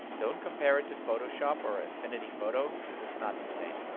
don't compare it to photoshop or affinity photo, cause it's not the same.